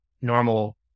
normal